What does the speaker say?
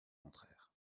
contraires